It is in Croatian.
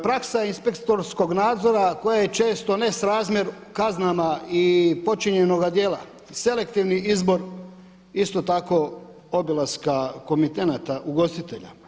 Praksa inspektorskog nadzora koje je često nesrazmjer kaznama i počinjenoga djela, selektivni izbor isto tako obilaska komitenata ugostitelja.